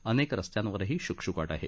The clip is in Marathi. अनेक रस्त्यांवरही शुकशुकाट आहे